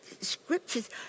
scriptures